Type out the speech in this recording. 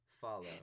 follow